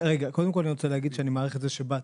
קודם כל אני רוצה להגיד שאני מעריך את זה שבאת,